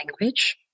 language